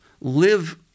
live